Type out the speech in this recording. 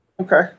Okay